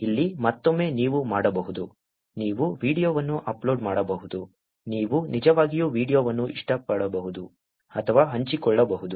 ಇಲ್ಲಿ ಮತ್ತೊಮ್ಮೆ ನೀವು ಮಾಡಬಹುದು ನೀವು ವೀಡಿಯೊವನ್ನು ಅಪ್ಲೋಡ್ ಮಾಡಬಹುದು ನೀವು ನಿಜವಾಗಿಯೂ ವೀಡಿಯೊವನ್ನು ಇಷ್ಟಪಡಬಹುದು ಅಥವಾ ಹಂಚಿಕೊಳ್ಳಬಹುದು